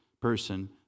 person